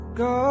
go